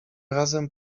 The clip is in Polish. razem